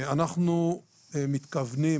אנחנו מתכוונים